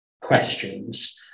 questions